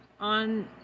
On